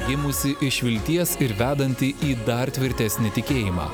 gimusi iš vilties ir vedanti į dar tvirtesnį tikėjimą